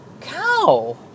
cow